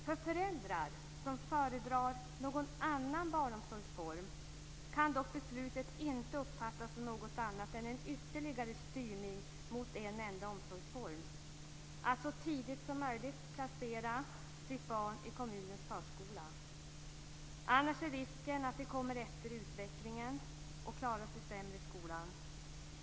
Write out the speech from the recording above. För föräldrar som föredrar någon annan barnomsorgsform kan dock beslutet inte uppfattas som något annat än en ytterligare styrning mot en enda omsorgsform, att så tidigt som möjligt placera sitt barn i kommunens förskola. Annars är risken att det kommer efter i utvecklingen och klarar sig sämre i skolan.